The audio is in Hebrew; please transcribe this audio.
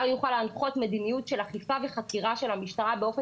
יוכל להנחות מדיניות של אכיפה וחתירה של המשטרה באופן